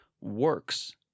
works